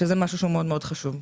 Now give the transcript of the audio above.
שזה משהו מאוד חשוב.